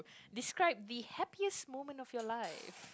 describe the happiest moment of your life